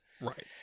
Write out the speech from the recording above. right